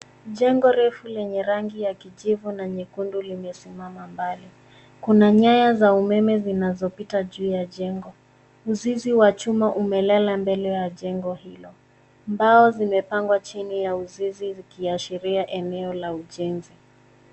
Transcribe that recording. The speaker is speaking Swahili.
Jengo refu lenye rangi ya kijivu na nyekundu limeonekana mbali. Kuna nyaya za umeme zinazopita juu ya jengo. Uzio wa chuma umelala mbele ya jengo hilo. Mbao zimepangwa chini ya uzio zikiashiria eneo la ujenzi.